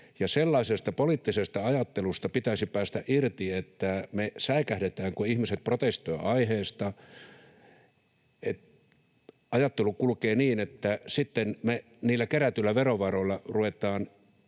Sellaisesta poliittisesta ajattelusta pitäisi päästä irti, että me säikähdetään, kun ihmiset protestoivat aiheesta, ja ajattelu kulkee niin, että sitten me niillä kerätyillä verovaroilla ruvetaan